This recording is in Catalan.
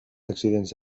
accidents